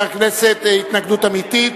התנגדות אמיתית.